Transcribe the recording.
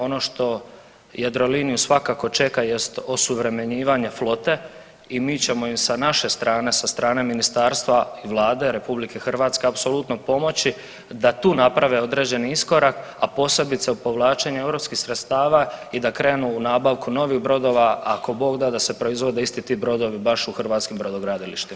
Ono što Jadroliniju svakako čeka jest osuvremenjivanje flote i mi ćemo ju sa naše strane sa strane ministarstva Vlade RH apsolutno pomoći da tu naprave određeni iskorak, a posebice u povlačenju europskih sredstava i da krenu u nabavku novih brodova ako Bog da da se proizvode isti ti brodovi baš u hrvatskim brodogradilištima.